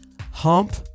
hump